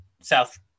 south